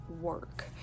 work